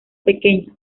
pequeñas